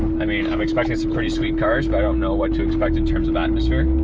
i mean i'm expecting some pretty sweet cars but i don't know what to expect in terms of atmosphere.